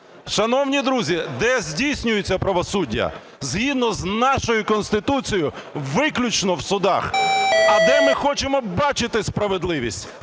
Шановні друзі, де здійснюється правосуддя? Згідно з нашою Конституцією виключно в судах. А де ми хочемо бачити справедливість?